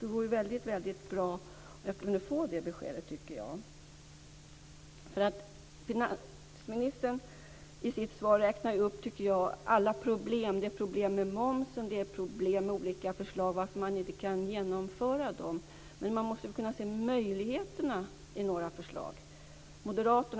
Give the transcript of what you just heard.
Det vore bra om jag kunde få det beskedet. Finansministern räknade i sitt svar upp alla problem. Det är problem med momsen. Det är problem med olika förslag. Därför kan man inte genomföra dem. Men man måste kunna se möjligheterna i några förslag.